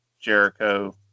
Jericho